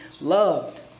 loved